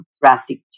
drastic